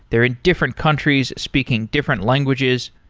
they're in different countries speaking different languages.